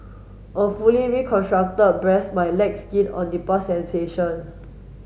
a fully reconstructed breast might lack skin or nipple sensation